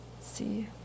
See